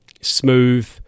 smooth